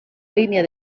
línia